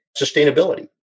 sustainability